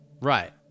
Right